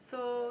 so